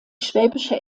schwäbische